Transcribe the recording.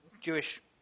Jewish